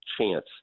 chance